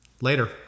later